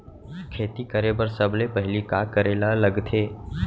खेती करे बर सबले पहिली का करे ला लगथे?